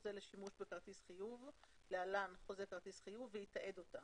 חוזה לשימוש בכרטיס חיוב (להלן חוזה כרטיס חיוב) ויתעד אותה.